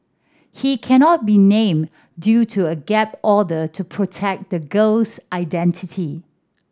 he cannot be named due to a gag order to protect the girl's identity